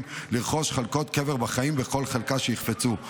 לרכוש חברות קבר בחיים בכל חלקה שיחפצו,